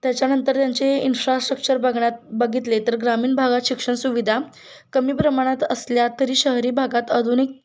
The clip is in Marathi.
त्याच्यानंतर त्यांचे इन्फ्रास्ट्रक्चर बघण्यात बघितले तर ग्रामीण भागात शिक्षणसुविधा कमी प्रमाणात असल्या तरी शहरी भागात आधुनिक